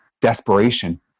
desperation